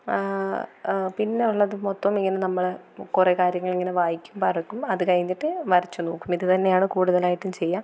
പിന്നെ ഉള്ളത് മൊത്തം ഈ നമ്മൾ കുറേ കാര്യങ്ങൾ ഇങ്ങനെ വായിക്കുമ്പം അതുകഴിഞ്ഞിട്ട് വരച്ച് നോക്കും ഇത് തന്നെയാണ് കൂടുതലായിട്ടും ചെയ്യുക